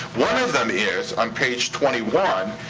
one of them is on page twenty one,